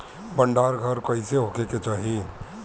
भंडार घर कईसे होखे के चाही?